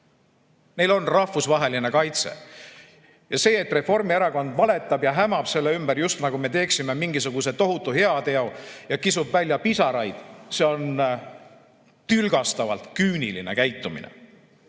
Neil on rahvusvaheline kaitse. See, et Reformierakond valetab ja hämab selle ümber, just nagu teeksime mingisuguse tohutu heateo, ja kisub välja pisaraid, on tülgastavalt küüniline käitumine.